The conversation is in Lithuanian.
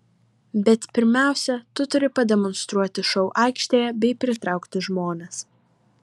bet pirmiausia tu turi pademonstruoti šou aikštėje bei pritraukti žmones